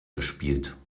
gespielt